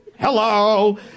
Hello